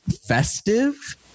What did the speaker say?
festive